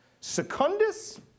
Secundus